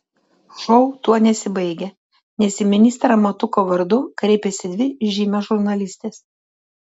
šou tuo nesibaigia nes į ministrą matuko vardu kreipiasi dvi žymios žurnalistės